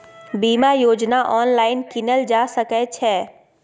बीमा योजना ऑनलाइन कीनल जा सकै छै?